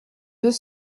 deux